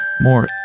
more